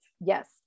yes